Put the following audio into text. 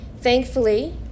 Thankfully